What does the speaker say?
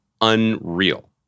unreal